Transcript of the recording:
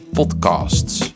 podcasts